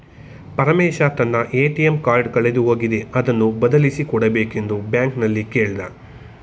ಪರಮೇಶ ತನ್ನ ATM card ಕಳೆದು ಹೋಗಿದೆ ಅದನ್ನು ಬದಲಿಸಿ ಕೊಡಬೇಕೆಂದು ಬ್ಯಾಂಕಲ್ಲಿ ಕೇಳ್ದ